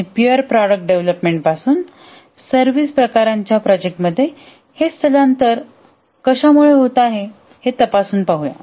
आणि pure product development पासून service प्रकारांच्या प्रोजेक्ट मध्ये हे स्थलांतर कशामुळे होत आहे हे तपासून पाहूया